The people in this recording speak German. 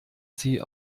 sie